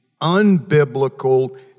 unbiblical